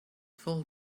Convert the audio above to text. full